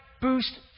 boost